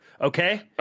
Okay